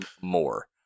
more